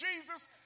Jesus